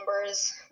numbers